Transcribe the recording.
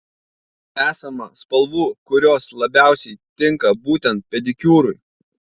esama spalvų kurios labiausiai tinka būtent pedikiūrui